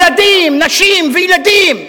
נשים וילדים.